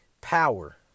power